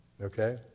okay